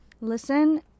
Listen